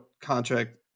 contract